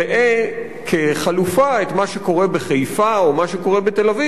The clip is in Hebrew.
ראה כחלופה את מה שקורה בחיפה או מה שקורה בתל-אביב,